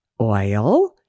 oil